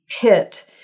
pit